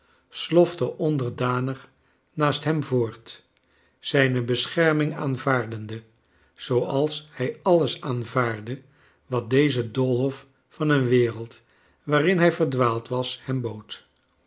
slofte onderdanig naast hem voort zijne bescherming aanvaardende zooals hij alles aanvaardde wat deze doolhof van een were id waarin hij verdwaald was hern bood